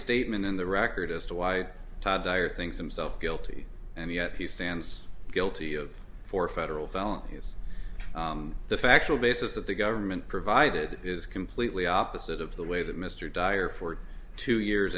statement in the record as to why todd dyer things himself guilty and yet he stands guilty of four federal felonies the factual basis that the government provided is completely opposite of the way that mr dyer for two years